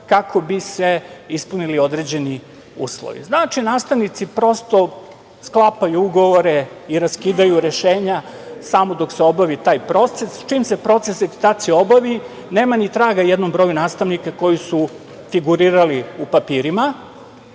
kako bi se ispunili određeni uslovi. Znači, nastavnici prosto sklapaju ugovore i raskidaju rešenja samo dok se obavi taj proces. Čim se proces akdreditacije obavi nema ni traga jednom broju nastavnika koji su figurirali u papirima. Mislim